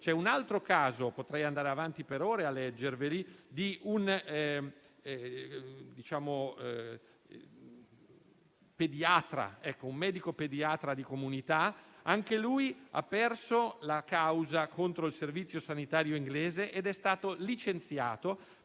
c'è un altro caso - potrei andare avanti per ore a leggerveli - di un medico pediatra di comunità che ha perso la causa contro il servizio sanitario inglese ed è stato licenziato